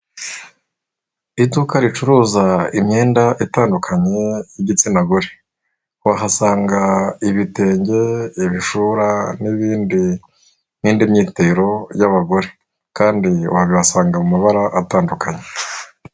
Iduka ricuruza imyenda itandukanye y'igitsina gore wahasanga ibitenge ibishora n'ibindi n'indi myitero y'abagore kandi wabihasanga mu mabara atandukanye.